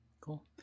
Cool